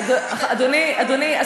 אדוני,